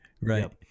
Right